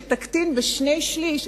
שתקטין בשני-שלישים